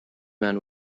man